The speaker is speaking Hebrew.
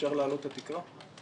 אפשר להעלות את התקרה?